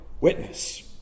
witness